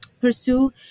pursue